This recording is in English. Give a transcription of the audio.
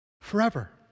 forever